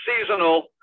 seasonal